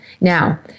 now